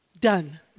done